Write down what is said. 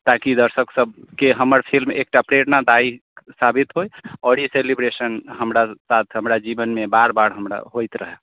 ताकि दर्शक सबके हमर फिल्म एकटा प्रेरणादायी साबित होइ आओर ई सेलिब्रेशन हमरा साथ हमरा जीवनमे बेर बेर हमरा होइत रहए